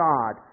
God